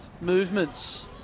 movements